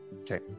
Okay